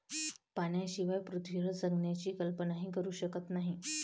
पाण्याशिवाय पृथ्वीवर जगण्याची कल्पनाही करू शकत नाही